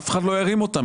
אף אחד לא ירים אותם.